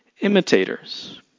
imitators